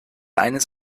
eines